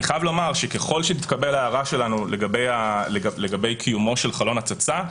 אני חייב לומר שככל שתתקבל ההערה שלנו לגבי קיומו של חלון הצצה,